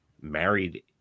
married